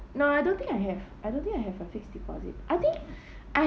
no I don't think I have I don't think I have a fixed deposit I think I